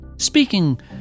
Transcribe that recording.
Speaking